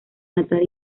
natal